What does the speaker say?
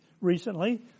recently